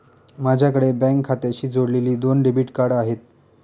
माझ्याकडे बँक खात्याशी जोडलेली दोन डेबिट कार्ड आहेत